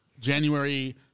january